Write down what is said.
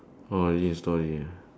oh origin story ah